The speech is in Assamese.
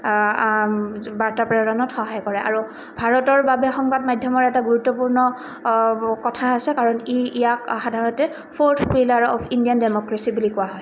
বাৰ্তা প্ৰেৰণত সহায় কৰে আৰু ভাৰতৰ বাবে সংবাদ মাধ্যমৰ এটা গুৰুত্বপূৰ্ণ কথা আছে কাৰণ ই ইয়াক সাধাৰণতে fourth pillar of Indian democracy বুলি কোৱা হয়